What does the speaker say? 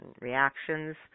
reactions